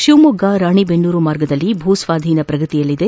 ಶಿವಮೊಗ್ಗ ರಾಣಿದೆನ್ನೂರು ಮಾರ್ಗದಲ್ಲಿ ಭೂಸ್ನಾದೀನ ಪ್ರಗತಿಯಲ್ಲಿದೆ